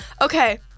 Okay